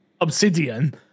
obsidian